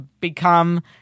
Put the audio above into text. become